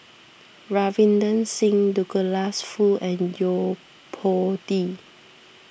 Ravinder Singh Douglas Foo and Yo Po Tee